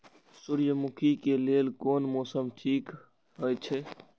सूर्यमुखी के लेल कोन मौसम ठीक हे छे?